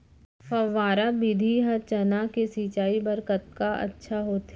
फव्वारा विधि ह चना के सिंचाई बर कतका अच्छा होथे?